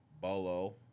Bolo